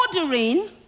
ordering